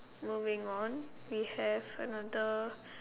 moving on we have another